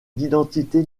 d’identité